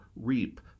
reap